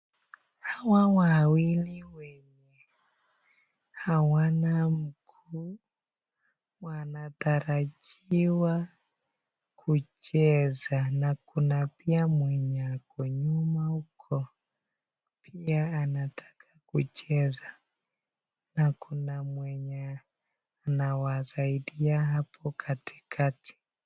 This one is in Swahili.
Hawa wawili wenye hawana mguu wanatarajiwa kucheza na kuna pia mwenye ako nyuma huko pia anataka kucheza na kuna mwenye anawasaidia hapo katikati.